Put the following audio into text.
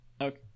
Okay